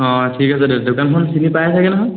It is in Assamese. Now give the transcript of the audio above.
অঁ ঠিক আছে দিয়ক দোকানখন চিনি পাই চাগে নহয়